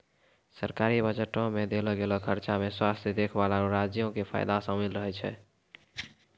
सरकारी बजटो मे देलो गेलो खर्चा मे स्वास्थ्य देखभाल, आरु राज्यो के फायदा शामिल रहै छै